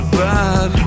bad